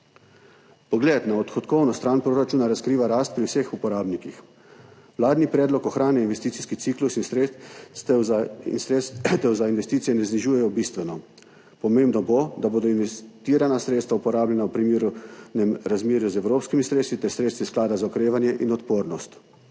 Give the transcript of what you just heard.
Pogled na odhodkovno stran proračuna razkriva rast pri vseh uporabnikih. Vladni predlog ohranja investicijski ciklus in sredstev za investicije ne znižujejo bistveno. Pomembno bo, da bodo investirana sredstva uporabljana v primernem razmerju z evropskimi sredstvi ter sredstvi sklada za okrevanje in odpornost.